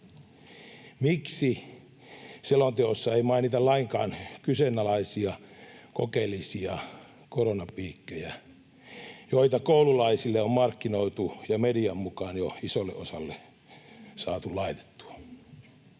Miksi selonteossa ei mainita lainkaan kyseenalaisia kokeellisia koronapiikkejä, joita koululaisille on markkinoitu ja median mukaan jo isolle osalle saatu laitettua?